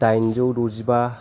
दाइनजौ द'जिबा